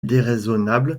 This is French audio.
déraisonnable